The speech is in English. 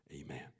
Amen